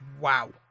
Wow